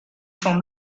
from